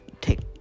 take